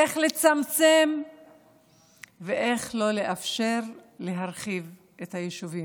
איך לצמצם ואיך לא לאפשר להרחיב את היישובים.